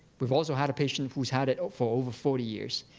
we've also had a patient who's had it for over forty years.